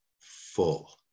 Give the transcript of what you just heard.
full